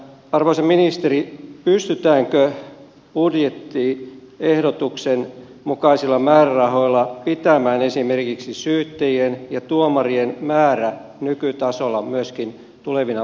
arvoisa ministeri pystytäänkö budjettiehdotuksen mukaisilla määrärahoilla pitämään esimerkiksi syyttäjien ja tuomarien määrä nykytasolla myöskin tulevina vuosina